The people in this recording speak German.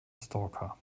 stalker